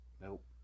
nope